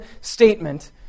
statement